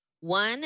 one